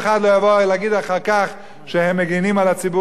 מגינים על הציבור החרדי ועל הציבור הערבי,